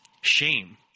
shame